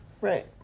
Right